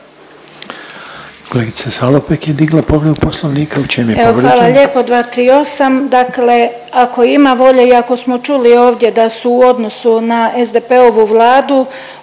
hvala lijepo, 238. Dakle ako ima volje i ako smo čuli ovdje da su u odnosu na SDP-ovu Vladu,